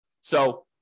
So-